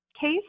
case